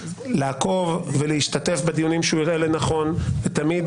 לעקוב ולהשתתף בדיונים שהוא יראה לנכון תמיד,